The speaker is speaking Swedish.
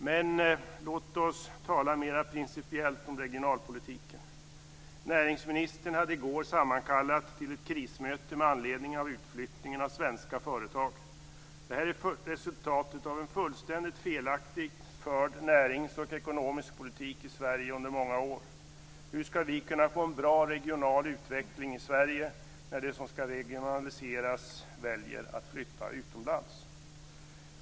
Men låt oss tala mera principiellt om regionalpolitiken. Näringsministern hade i går sammankallat till ett krismöte med anledning av utflyttningen av svenska företag. Detta är resultatet av en fullständigt felaktigt förd närings och ekonomisk politik i Sverige under många år. Hur skall vi kunna få en bra regional utveckling i Sverige, när det som skall regionaliseras väljer att flytta utomlands?